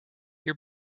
your